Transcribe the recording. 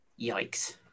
Yikes